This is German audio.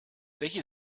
welche